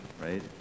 right